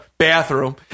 Bathroom